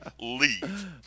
Leave